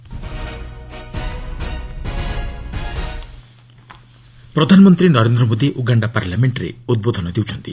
PM Uganda ପ୍ରଧାନମନ୍ତ୍ରୀ Narendra Modi Uganda ପାର୍ଲାମେଣ୍ଟରେ ଉଦ୍ବୋଧନ ଦେଉଛନ୍ତି